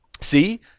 See